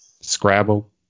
Scrabble